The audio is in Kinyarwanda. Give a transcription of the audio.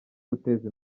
guteza